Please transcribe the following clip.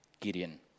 Gideon